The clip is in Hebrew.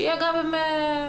שיהיה גם במבנה מגורים.